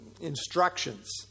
instructions